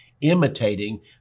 imitating